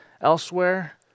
elsewhere